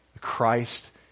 Christ